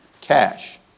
Cash